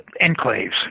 enclaves